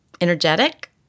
energetic